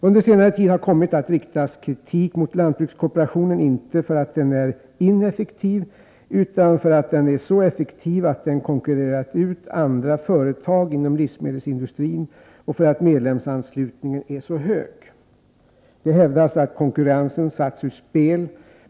Under senare tid har kommit att riktas kritik mot lantbrukskooperationen, inte för att den är ineffektiv utan för att den är så effektiv att den konkurrerat ut andra företag inom livsmedelsindustrin och för att medlemsanslutningen är så hög. Det hävdas att konkurrensen satts ur spel.